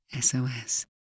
SOS